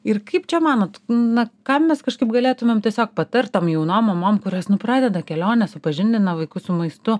ir kaip čia manot na ką mes kažkaip galėtumėm tiesiog patart tom jaunom mamom kurios nu pradeda kelionę supažindina vaikus su maistu